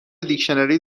دیکشنری